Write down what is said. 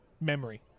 Memory